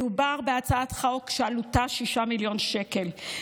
מדובר בהצעת חוק שעלותה 6 מיליון שקלים.